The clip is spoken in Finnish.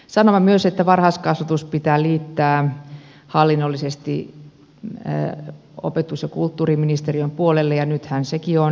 sanoimme myös että varhaiskasvatus pitää liittää hallinnollisesti opetus ja kulttuuriministeriön puolelle ja nythän sekin on liitetty